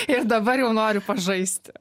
ir dabar jau noriu pažaisti